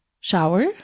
Shower